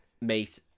mate